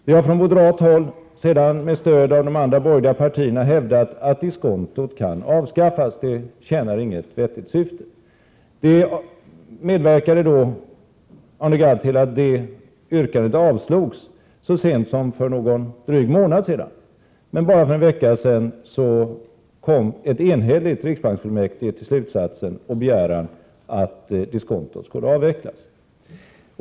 Vi har från moderat håll, senare med stöd av de andra borgerliga partierna, hävdat att diskontot kan avskaffas, det tjänar inget vettigt syfte. Arne Gadd medverkade till att detta yrkande avslogs så sent som för någon dryg månad sedan. Men för bara en vecka sedan kom ett enhälligt riksbanksfullmäktige till slutsatsen att begära att diskontot skulle avvecklas.